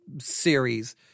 series